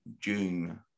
June